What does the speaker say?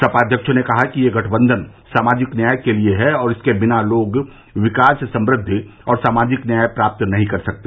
सपा अव्यक्ष ने कहा कि यह गठबंधन सामाजिक न्याय के लिए है और इसके बिना लोग विकास समृद्धि और सामाजिक न्याय प्राप्त नहीं कर सकते